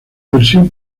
versión